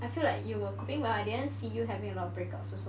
I feel like you were coping well I didn't see you having a lot of breakouts also